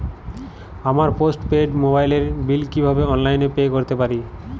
আমার postpaid মোবাইলের bill কীভাবে অনলাইনে পে করতে পারি?